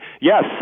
yes